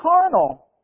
carnal